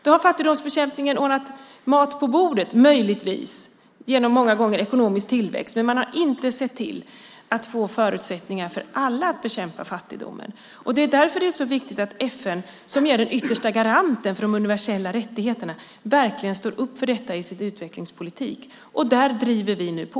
Då har fattigdomsbekämpningen ordnat mat på bordet, möjligtvis, många gånger genom ekonomisk tillväxt. Men man har inte sett till att få förutsättningar för alla att bekämpa fattigdomen. Det är därför som det är så viktigt att FN, som är den yttersta garanten för de universella rättigheterna, verkligen står upp för detta i sin utvecklingspolitik, och där driver vi nu på.